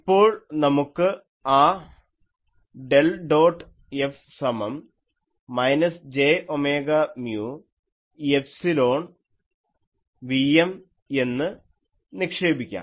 ഇപ്പോൾ നമുക്ക് ആ ഡെൽ ഡോട്ട് F സമം minus j omega mu epsilon Vm എന്നു നിക്ഷേപിക്കാം